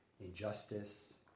injustice